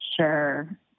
Sure